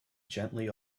gently